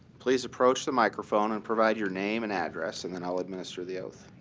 please approach the microphone and provide your name and address, and then i'll administer the oath.